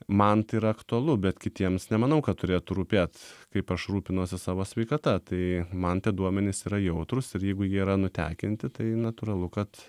man tai yra aktualu bet kitiems nemanau kad turėtų rūpėt kaip aš rūpinuosi savo sveikata tai man tie duomenys yra jautrūs ir jeigu jie yra nutekinti tai natūralu kad